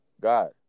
God